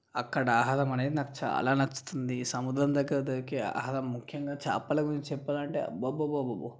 అక్కడ ఆహారమనేది నాకు చాలా నచ్చుతుంది సముద్రం దగ్గర దొరికే ఆహారం ముఖ్యంగా చేపల గురించి చెప్పాలంటే అబ్బబ్బబ్బబ్బబో